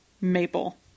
maple